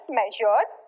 measured